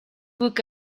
book